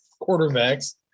quarterbacks